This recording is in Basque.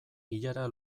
ilara